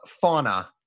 fauna